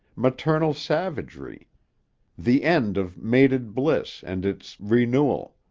maternal savagery the end of mated bliss and its renewal.